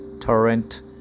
Torrent